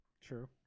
True